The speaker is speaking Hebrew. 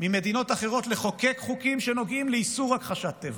ממדינות אחרות לחוקק חוקים שנוגעים לאיסור הכחשת הטבח,